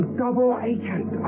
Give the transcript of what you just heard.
double-agent